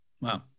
wow